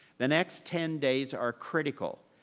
the next ten days are critical,